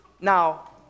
now